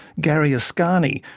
gary ascani,